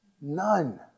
None